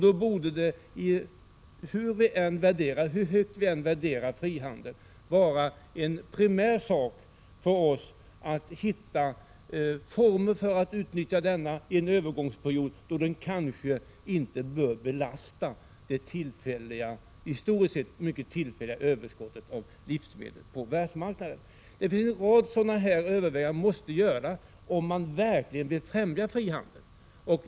Det borde då, hur högt vi än värderar frihandeln, vara primärt för oss att finna former för att utnyttja denna under en övergångsperiod då produktionen kanske inte bör belasta det historiskt sätt mycket tillfälliga överskottet av livsmedel på världsmarknaden. En rad liknande överväganden måste göras, om man verkligen vill främja frihandeln.